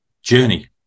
journey